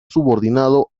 subordinado